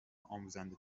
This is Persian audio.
آموزنده